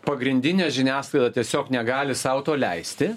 pagrindinė žiniasklaida tiesiog negali sau to leisti